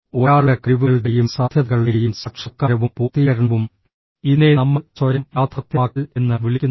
ഒരാളുടെ കഴിവുകളുടെയും സാധ്യതകളുടെയും സാക്ഷാത്കാരവും പൂർത്തീകരണവും ഇതിനെ നമ്മൾ സ്വയം യാഥാർത്ഥ്യമാക്കൽ എന്ന് വിളിക്കുന്നു